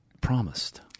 promised